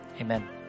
amen